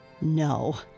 No